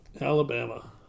Alabama